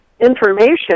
information